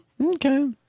Okay